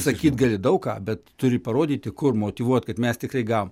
sakyt gali daug ką bet turi parodyti kur motyvuot kad mes tikrai gavom